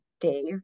Dave